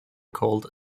called